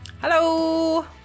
Hello